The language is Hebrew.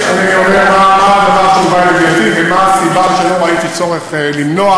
אני אומר מה הדבר שהובא לידיעתי ומה הסיבה שלא ראיתי צורך למנוע.